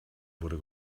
wurde